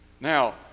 Now